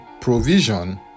provision